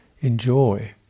enjoy